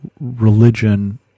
religion